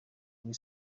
kuri